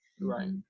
right